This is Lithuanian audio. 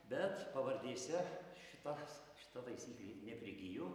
bet pavardėse šitas šita taisyklė neprigijo